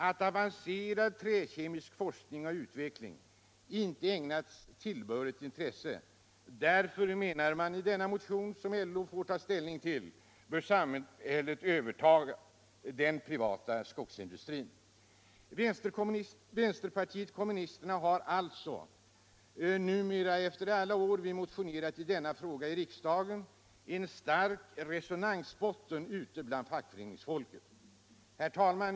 Avancerad träkemisk forskning och utveckling har inte ägnats tillbörligt intresse. Därför bör samhället överta denna industri. Efter att alla år ha motionerat i denna fråga i riksdagen har nu vänsterpartiet kommunisterna en stark resonansbotten ute bland fackföreningsfolket. Herr talman!